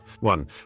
One